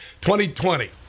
2020